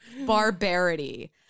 Barbarity